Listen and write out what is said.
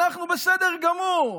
אנחנו בסדר גמור.